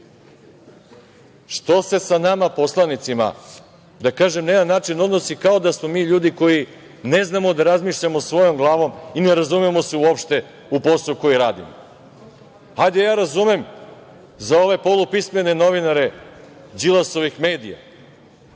Što se sa nama poslanicama odnosi na jedan način kao da smo mi ljudi koji ne znamo da razmišljamo svojom glavom i ne razumemo se uopšte u posao koji radimo? Hajde, ja razumem za ove polupismene novinare Đilasovih medija,